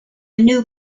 new